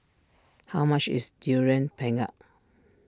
how much is Durian Pengat